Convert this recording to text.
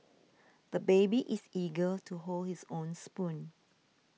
the baby is eager to hold his own spoon